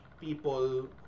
people